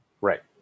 Right